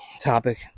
topic